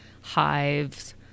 hives